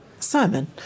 Simon